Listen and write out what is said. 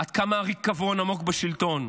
עד כמה הריקבון עמוק בשלטון.